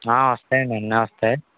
వస్తాయండి అన్నీ వస్తాయి